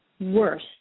worse